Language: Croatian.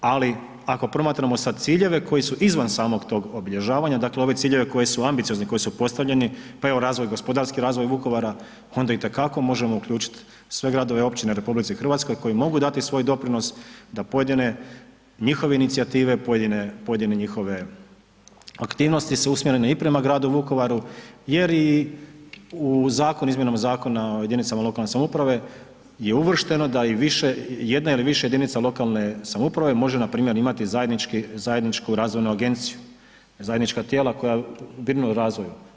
Ali ako promatramo sad ciljeve koji su izvan samog tog obilježavanja, dakle ove ciljeve koji su ambiciozni, koji su postavljeni, pa evo razvoj, gospodarski razvoj Vukovara onda itekako možemo uključit sve gradove i općine u RH koji mogu dati svoj doprinos da pojedine njihove inicijative, pojedine, pojedine njihove su usmjerene i prema gradu Vukovaru jer i u zakon, izmjenama Zakona o jedinicama lokalne samouprave je uvršteno da i više, jedna ili više jedinica lokalne samouprave može npr. imati zajednički, zajedničku razvoju agenciju, zajednička tijela koja … [[Govornik se ne razumije]] u razvoju.